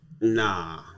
Nah